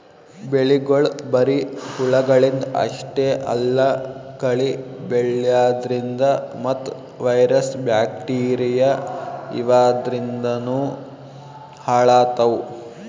ಬೆಳಿಗೊಳ್ ಬರಿ ಹುಳಗಳಿಂದ್ ಅಷ್ಟೇ ಅಲ್ಲಾ ಕಳಿ ಬೆಳ್ಯಾದ್ರಿನ್ದ ಮತ್ತ್ ವೈರಸ್ ಬ್ಯಾಕ್ಟೀರಿಯಾ ಇವಾದ್ರಿನ್ದನೂ ಹಾಳಾತವ್